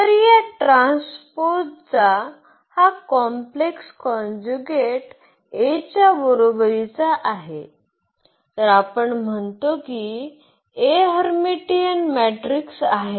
तर या ट्रान्सपोजचा हा कॉम्प्लेक्स कॉंज्युएट A च्या बरोबरीचा आहे तर आपण म्हणतो की A हर्मीटियन मॅट्रिक्स आहे